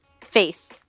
Face